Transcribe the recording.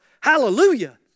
Hallelujah